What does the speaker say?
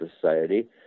Society